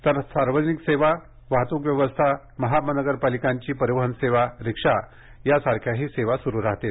तर सार्वजनिक वाहतूक व्यवस्था महानगरपालिकांची परिवहन सेवा रिक्षा या सारख्या सेवाही सुरु असतील